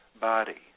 body